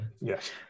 Yes